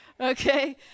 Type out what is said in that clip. Okay